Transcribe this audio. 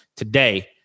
Today